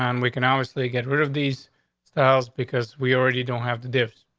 um we can obviously get rid of these styles because we already don't have the def,